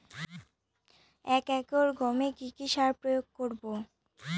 এক একর গমে কি কী সার প্রয়োগ করব?